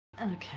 Okay